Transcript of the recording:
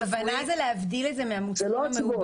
הכוונה, להבדיל את זה מהמעובדים